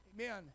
Amen